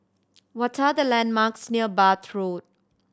what are the landmarks near Bath Road